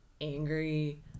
angry